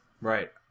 Right